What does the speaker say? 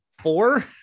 Four